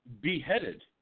beheaded